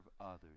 others